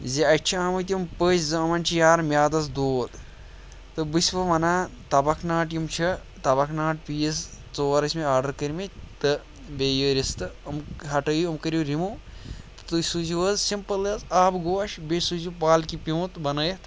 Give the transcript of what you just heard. زِ اَسہِ چھِ آمٕتۍ یِم پٔژھۍ زٕ یِمَن چھِ یارٕ میٛادَس دود تہٕ بہٕ چھُس وۄنۍ وَنان تَبَکھ ناٹہٕ یِم چھِ تَبَکھ ناٹہٕ پیٖس ژور ٲسۍ مےٚ آرڈَر کٔرۍمٕتۍ تہٕ بیٚیہِ یہِ رِستہٕ یِم ہَٹٲیِو یِم کٔرِو رِموٗ تہٕ تُہۍ سوٗزِو حظ سِمپٕل حظ آبہٕ گوش بیٚیہِ سوٗزِو پالکہِ پیوٗنٛت بَنٲیِتھ